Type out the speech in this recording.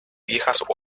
viejas